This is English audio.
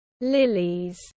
lilies